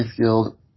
Guild